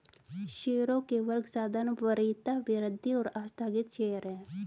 शेयरों के वर्ग साधारण, वरीयता, वृद्धि और आस्थगित शेयर हैं